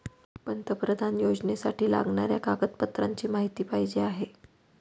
पंतप्रधान योजनेसाठी लागणाऱ्या कागदपत्रांची माहिती पाहिजे आहे